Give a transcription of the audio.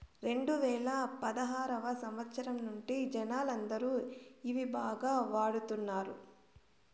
రెండువేల పదారవ సంవచ్చరం నుండి జనాలందరూ ఇవి బాగా వాడుతున్నారు